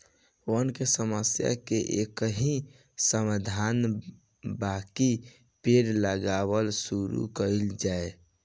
वन के समस्या के एकही समाधान बाकि पेड़ लगावल शुरू कइल जाए